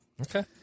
Okay